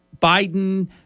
Biden